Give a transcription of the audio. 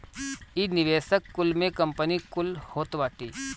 इ निवेशक कुल में कंपनी कुल होत बाटी